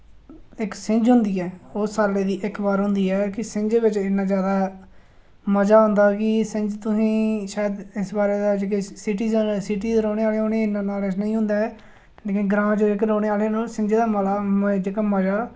इक सिंझ होंदी ऐ ओ साल्ले दी इक बार होंदी ऐ कि सिंझ बिच इन्ना जैदा मजा औंदा कि सिंझ तुसें ई शायद इस बारे च किश सिटी जाने सिटी दे रौह्ने आह्ले उ'नें इन्ना नालेज नेईं होंदा ऐ लेकिन ग्रां च जेह्के रौह्ने आह्ले न ओह् सिंझ दा मेला जेह्का मजा